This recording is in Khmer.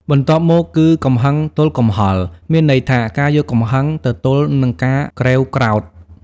បន្ទាប់មកគឺ កំហឹងទល់កំហល់ មានន័យថា ការយកកំហឹងទៅទល់នឹងការក្រេវក្រោធ ។